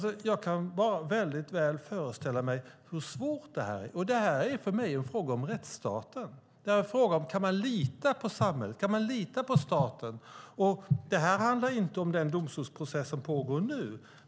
Jag kan väldigt väl föreställa mig hur svårt det här är. För mig är det här en fråga om rättsstaten. Kan man lita på samhället? Kan man lita på staten? Detta handlar inte om den domstolsprocess som pågår nu.